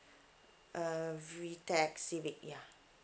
uh VTEC civic ya